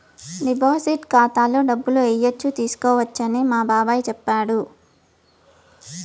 deposit ఖాతాలో డబ్బులు ఏయచ్చు తీసుకోవచ్చని మా బాబాయ్ చెప్పాడు